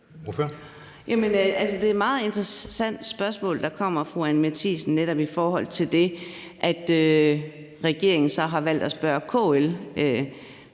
det er et meget interessant spørgsmål, der kommer fra fru Anni Matthiesen, netop i forhold til at regeringen så har valgt at spørge KL.